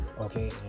Okay